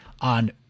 on